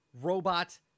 robot